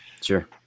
sure